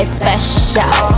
special